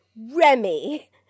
Remy